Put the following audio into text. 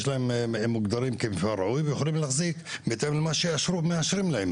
הם מוגדרים כמפעל ראוי והם יכולים להחזיק בהתאם למה שמאשרים להם,